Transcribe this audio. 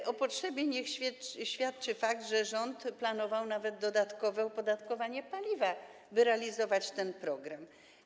O tej potrzebie niech świadczy fakt, że rząd planował nawet dodatkowe opodatkowanie paliwa, by realizować ten program.